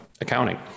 accounting